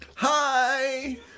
Hi